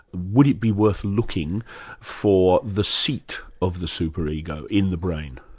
would it be worth looking for the seat of the super ego in the brain?